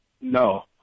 No